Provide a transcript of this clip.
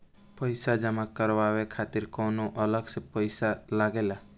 पईसा जमा करवाये खातिर कौनो अलग से पईसा लगेला?